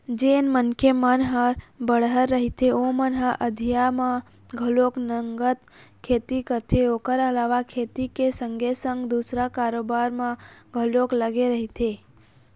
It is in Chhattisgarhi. जेन मनखे मन ह बड़हर रहिथे ओमन ह अधिया म घलोक नंगत खेती करथे ओखर अलावा खेती के संगे संग दूसर कारोबार म घलोक लगे रहिथे